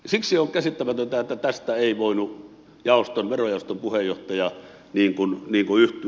siksi on käsittämätöntä että tähän ei voinut verojaoston puheenjohtaja yhtyä